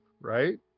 right